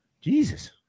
Jesus